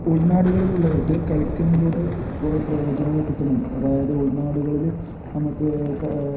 ഉൾനാടുകളിലുള്ളവർക്ക് കളിക്കുന്നതിലൂടെ കുറേ പ്രയോജനങ്ങൾ കിട്ടുന്നുണ്ട് അതായത് ഉൾനാടുകളിൽ നമുക്ക് ക